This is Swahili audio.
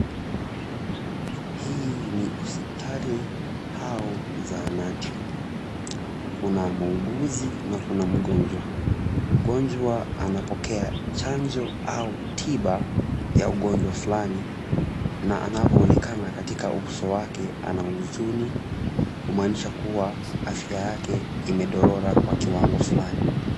Hii ni hospitali au zahanati. Kuna muuguzi na kuna mgonjwa. Mgonjwa anapokea chanjo au tiba ya ugonjwa fulani na anavoonekana katika uso wake, ana huzuni kumaanisha kuwa afya yake imedorora kwa kiwango fulani.